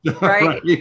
right